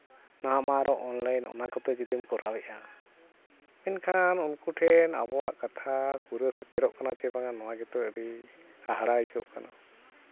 ᱱᱚᱣᱟ ᱢᱟ ᱟᱨᱚ ᱚᱱᱞᱟᱭᱤᱱ ᱚᱱᱟ ᱠᱚᱛᱮ ᱡᱩᱫᱤᱢ ᱠᱚᱨᱟᱣᱮᱜᱼᱟ ᱢᱮᱱᱠᱷᱟᱱ ᱩᱱᱠᱩ ᱴᱷᱮᱱ ᱟᱵᱚᱣᱟᱜ ᱠᱟᱛᱷᱟ ᱯᱩᱨᱟᱹ ᱥᱮᱴᱮᱨᱚᱜ ᱠᱟᱱᱟ ᱥᱮ ᱵᱟᱝᱼᱟ ᱱᱚᱣᱟ ᱜᱮᱛᱚ ᱟᱹᱰᱤ ᱦᱟᱦᱟᱲᱟ ᱟᱹᱭᱠᱟᱹᱜ ᱠᱟᱱᱟ